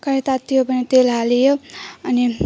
कराही तातियो भने तेल हालियो अनि